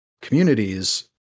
communities